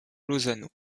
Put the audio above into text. lozano